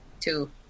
Two